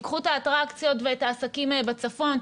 תיקחו את האטרקציות ואת העסקים בצפון,